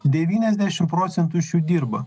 devyniasdešim procentų iš jų dirba